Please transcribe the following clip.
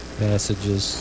passages